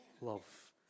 love